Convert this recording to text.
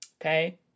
Okay